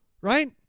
right